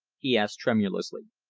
he asked tremulously.